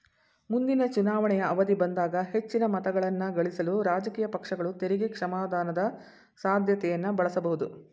ಮುಂದಿನ ಚುನಾವಣೆಯ ಅವಧಿ ಬಂದಾಗ ಹೆಚ್ಚಿನ ಮತಗಳನ್ನಗಳಿಸಲು ರಾಜಕೀಯ ಪಕ್ಷಗಳು ತೆರಿಗೆ ಕ್ಷಮಾದಾನದ ಸಾಧ್ಯತೆಯನ್ನ ಬಳಸಬಹುದು